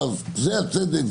ואז זה הצדק,